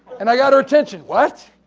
and i got her attention. what!